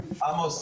עמוס,